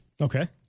Okay